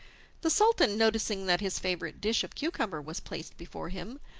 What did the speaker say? the sultan, noticing that his favourite dish of cucumber was placed before him,